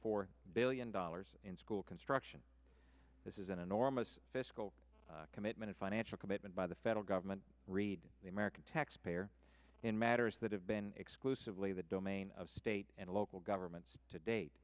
four billion dollars in school construction this is an enormous fiscal commitment a financial commitment by the federal government read the american taxpayer in matters that have been exclusively the domain of state and local governments to date